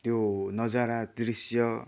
त्यो नजारा दृश्य